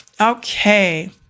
Okay